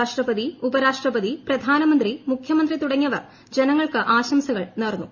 രാഷ്ട്രപതി ഉപരാഷ്ട്രപതി പ്രധാനമന്ത്രി മുഖ്യമന്ത്രി തുടങ്ങിയവർ ജനങ്ങൾക്ക് ആശംസകൾ നേർന്നു